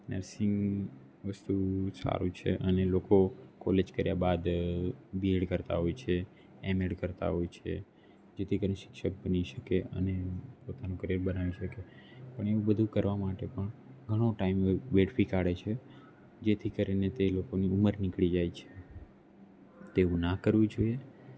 nursing વસ્તુ સારું છે અને લોકો કોલેજ કર્યા બાદ બીએડ કરતાં હોય છે એમએડ કરતાં હોય છે જેથી કરીન શિક્ષક બની શકે અને પોતાનું કરિયર બનાવી શકે પણ એવું બધું કરવા માટે પણ ઘણો ટાઈમ વેડફી કાઢે છે જેથી કરીને તે લોકોની ઉંમર નીકળી જાય છે તેવું ના કરવું જોઈએ